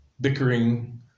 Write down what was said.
bickering